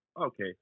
okay